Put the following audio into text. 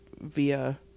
via